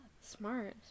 Smart